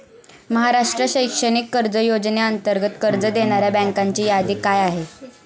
महाराष्ट्र शैक्षणिक कर्ज योजनेअंतर्गत कर्ज देणाऱ्या बँकांची यादी काय आहे?